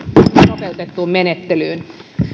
nopeutettuun menettelyyn